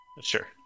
Sure